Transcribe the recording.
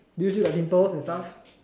do you still have pimples and stuff